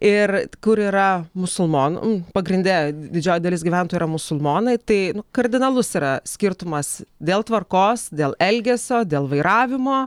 ir kur yra musulmonų pagrinde didžioji dalis gyventojų yra musulmonai tai nu kardinalus yra skirtumas dėl tvarkos dėl elgesio dėl vairavimo